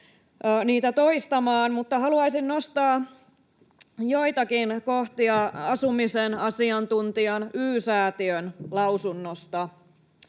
niitä toistamaan, mutta haluaisin nostaa joitakin kohtia asumisen asiantuntijan, Y-Säätiön, lausunnosta.